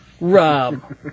Rob